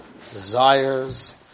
desires